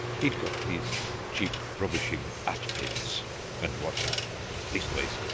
he'd got these cheap rubbishing atpins and what not leastways,